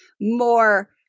more